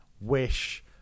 wish